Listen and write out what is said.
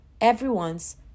everyone's